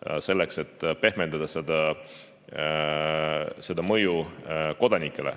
tunduvalt, et pehmendada seda mõju kodanikele.